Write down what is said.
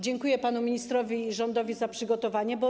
Dziękuję panu ministrowi i rządowi za przygotowanie go.